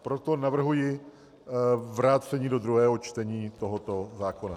Proto navrhuji vrácení do druhého čtení tohoto zákona.